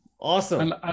Awesome